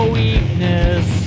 weakness